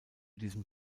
diesem